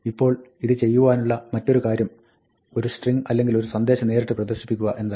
ഇപ്പോൾ ഇത് ചെയ്യുവാനുള്ള മറ്റൊരു കാര്യം ഒരു സ്ട്രിങ്ങ് അല്ലെങ്കിൽ ഒരു സന്ദേശം നേരിട്ട് പ്രദർശിപ്പിക്കുക എന്നതാണ്